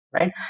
right